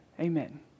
Amen